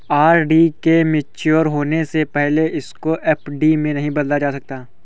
RD के mature होने से पहले इसको एफ.डी में नहीं बदला जा सकता